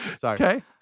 Sorry